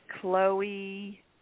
Chloe